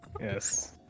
Yes